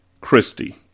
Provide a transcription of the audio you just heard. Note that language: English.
Christie